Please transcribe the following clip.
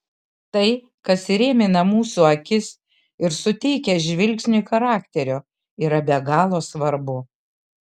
tai kas įrėmina mūsų akis ir suteikia žvilgsniui charakterio yra be galo svarbu